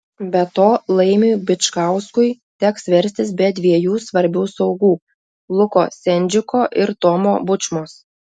be to laimiui bičkauskui teks verstis be dviejų svarbių saugų luko sendžiko ir tomo bučmos